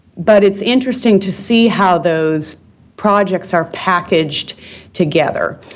but it's interesting to see how those projects are packaged together,